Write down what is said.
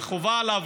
וחובה עליו,